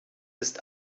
ist